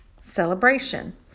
celebration